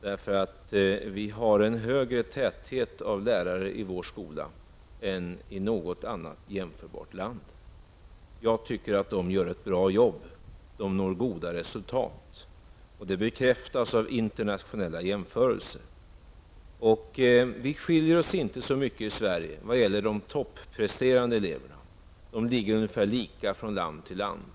Men vi i Sverige har en större lärartäthet i vår skola än som är fallet i något annat jämförbart land. Jag tycker att lärarna gör ett bra jobb och att de uppnår goda resultat. Detta bekräftas också av internationella jämförelser. Vi i Sverige skiljer inte ut oss särskilt mycket vad gäller det toppresterande eleverna. Där är det ungefär lika i land efter land.